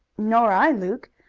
nor i, luke.